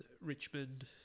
Richmond